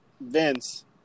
Vince